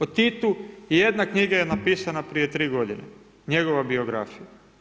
O Titu, jedna knjiga je napisana prije 3 g. njegova biografija.